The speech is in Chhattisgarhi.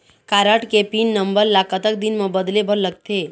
कारड के पिन नंबर ला कतक दिन म बदले बर लगथे?